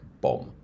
bomb